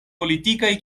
politikaj